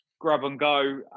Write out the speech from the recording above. grab-and-go